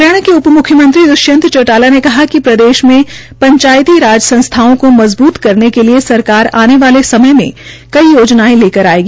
हरियाणा के उप म्ख्यमंत्री द्वष्यंत चौटाला ने कहा कि प्रदेश में पंचायती राज संस्थाओं को मजबूत करने के लिए सरकार आने वोल समय में कई योजनायें लेकर आयेगी